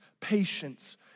patience